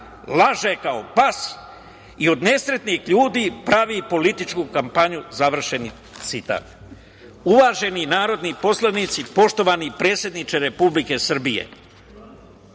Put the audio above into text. laže kao pas i od nesretnih ljudi pravi političku kampanju – završen citat. Uvaženi narodni poslanici, poštovani predsedniče Republike Srbije,